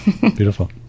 Beautiful